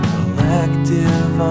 Collective